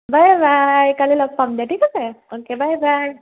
বাই bye কাইলৈ অলপ পাম দিয়া ঠিক আছে অ'কে বাই বাই